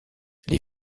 les